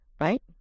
right